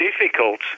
difficult